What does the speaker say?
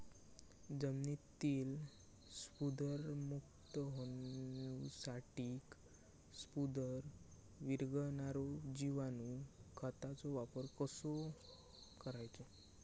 जमिनीतील स्फुदरमुक्त होऊसाठीक स्फुदर वीरघळनारो जिवाणू खताचो वापर कसो करायचो?